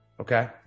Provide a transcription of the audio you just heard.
okay